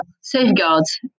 safeguards